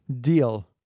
Deal